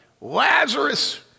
Lazarus